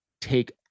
take